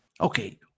Okay